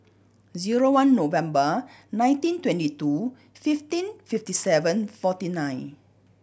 zero one November nineteen twenty two fifteen fifty seven forty nine